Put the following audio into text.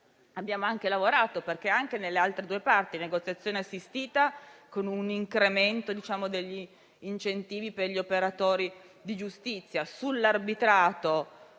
abbiamo lavorato anche sulle altre due parti: sulla negoziazione assistita con un incremento degli incentivi per gli operatori di giustizia e sull'arbitrato,